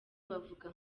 bavuga